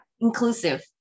inclusive